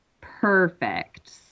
Perfect